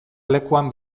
lekuan